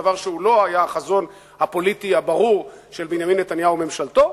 דבר שלא היה החזון הפוליטי הברור של בנימין נתניהו וממשלתו,